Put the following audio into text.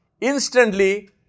Instantly